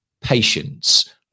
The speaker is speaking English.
patience